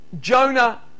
Jonah